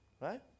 Right